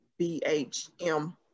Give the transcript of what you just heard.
BHM